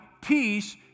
peace